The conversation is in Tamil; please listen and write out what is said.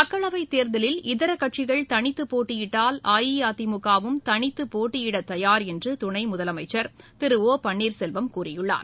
மக்களவை தேர்தலில் இதர கட்சிகள் தனித்து போட்டியிட்டால் அஇஅதிமுகவும் தனித்து போட்டியிட தயார் என்று துணை முதலமைச்சர் திரு ஓ பன்னீர்செல்வம் கூறியுள்ளார்